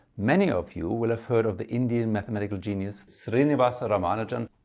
many of you will have heard of the indian mathematical genius srinivasa ramanujan.